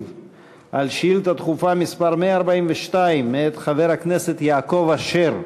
על שאילתה דחופה מס' 142 מאת חבר הכנסת יעקב אשר.